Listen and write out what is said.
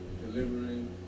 delivering